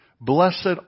Blessed